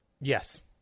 Yes